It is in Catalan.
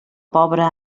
pobre